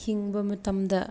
ꯍꯤꯡꯕ ꯃꯇꯝꯗ